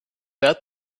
that